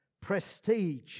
prestige